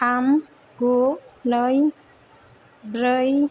थाम गु नै ब्रै